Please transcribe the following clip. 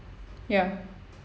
ya